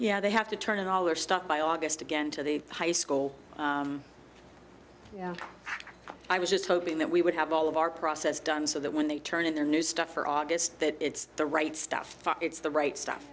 yeah they have to turn in all their stuff by august again to the high school i was just hoping that we would have all of our process done so that when they turn in their new stuff for august that it's the right stuff it's the right stuff